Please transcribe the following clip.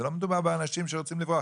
זה לא מדובר באנשים שרוצים לברוח.